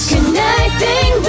Connecting